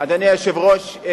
אדוני היושב-ראש,